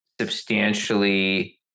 substantially